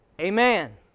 Amen